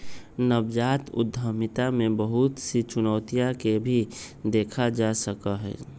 नवजात उद्यमिता में बहुत सी चुनौतियन के भी देखा जा सका हई